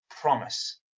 promise